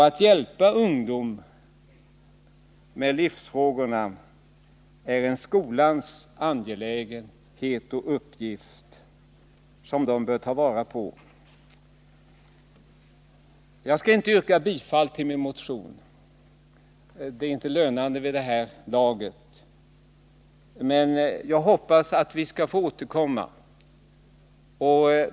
Att hjälpa ungdom med livsfrågorna är en angelägen uppgift som skolan bör ta vara på. Jag skall inte yrka bifall till min motion, för det lönar sig inte vid det här laget, men jag hoppas få återkomma.